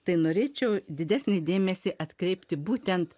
tai norėčiau didesnį dėmesį atkreipti būtent